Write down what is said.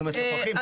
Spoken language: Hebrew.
אנחנו משוחחים.